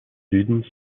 südens